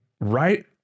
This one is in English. right